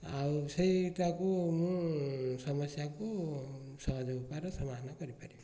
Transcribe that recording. ଆଉ ସେଇଟାକୁ ମୁଁ ସମସ୍ୟାକୁ ସହଜ ଉପାୟରେ ସମାଧାନ କରିପାରିବି